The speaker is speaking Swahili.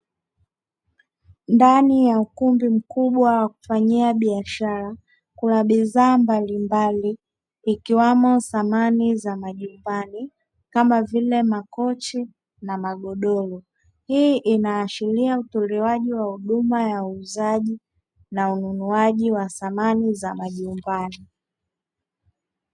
Ndani ya ukumbi mkubwa wakufanyia biashara kuna bidhaa mbalimbali, zikiwamo samani za majumbani kama vile makochi na magodoro hii inaashiria utolewaji wa huduma ya uuzaji na ununuaji wa samani za majumbani.